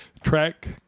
Track